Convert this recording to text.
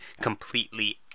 completely